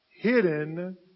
hidden